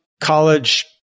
college